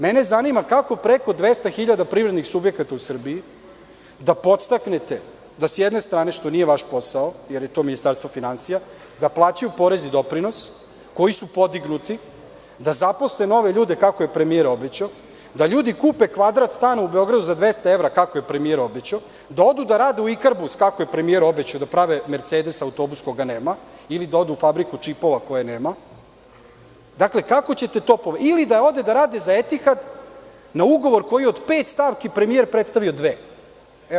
Mene zanima kako preko 200 hiljada privrednih subjekata u Srbiji da podstaknete da, s jedne strane, što nije vaš posao, jer je to Ministarstvo finansija, da plaćaju porez i doprinos, koji su podignuti, da zaposle nove ljude kako je premijer obećao, da ljudi kupe kvadrat stana u Beogradu za 200 evra, kako je premijer obećao, da odu da rade u „Ikarbus“, kako je premijer obećao, da prave „Mercedes“ autobus, koga nema, ili da odu u fabriku čipova koje nema ili da ode da rade za „Etihad“ na ugovor koji od pet stavki premijer predstavio dve?